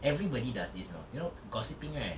everybody does this you know you know gossipping right